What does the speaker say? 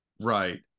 Right